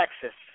Texas